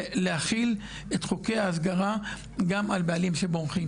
להחיל את חוקי ההסגרה גם על בעלים שבורחים.